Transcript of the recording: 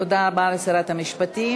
תודה רבה לשרת המשפטים.